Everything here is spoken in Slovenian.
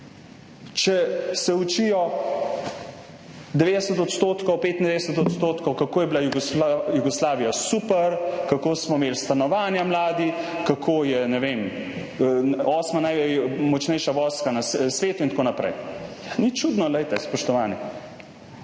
če se učijo 90 %, 95 %, kako je bila Jugoslavija super, kako smo imeli stanovanja mladi, kako je, ne vem, osma najmočnejša vojska na svetu in tako naprej. Ni čudno, spoštovani.